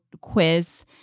quiz